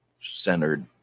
centered